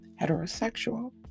heterosexual